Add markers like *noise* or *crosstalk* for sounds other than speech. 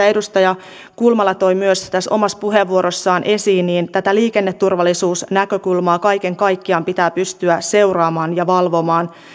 *unintelligible* edustaja kulmala toi myös omassa puheenvuorossaan esiin liikenneturvallisuusnäkökulmaa kaiken kaikkiaan pitää pystyä seuraamaan ja valvomaan